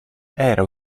era